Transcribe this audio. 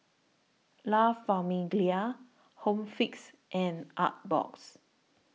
La Famiglia Home Fix and Artbox